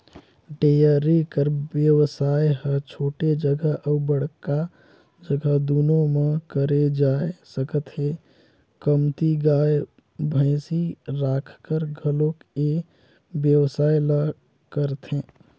dairy कर बेवसाय ह छोटे जघा अउ बड़का जघा दूनो म करे जा सकत हे, कमती गाय, भइसी राखकर घलोक ए बेवसाय ल करथे